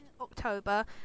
October